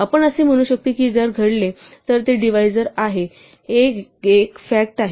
आपण असे म्हणू शकतो की जर ते घडले तर हे एक डिवाईझर आहे हे एक फॅक्ट आहे